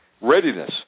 readiness